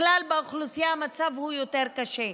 בכלל באוכלוסייה המצב הוא יותר קשה.